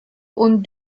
und